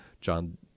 John